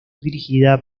dirigida